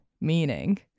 meaning